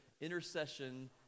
intercession